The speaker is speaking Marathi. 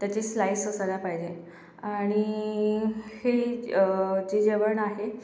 त्याचे स्लाइस असायला पाहिजे आणि हे जे जेवण आहे